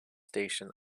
station